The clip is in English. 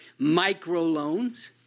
microloans